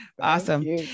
Awesome